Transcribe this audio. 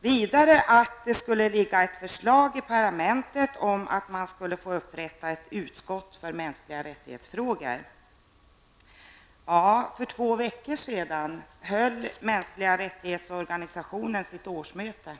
Vidare sägs att det skulle ligga ett förslag i parlamentet om att man skulle få upprätta ett utskott för frågor om mänskliga rättigheter. För två veckor sedan höll organisationen för mänskliga rättigheter sitt årsmöte.